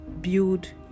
build